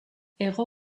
hego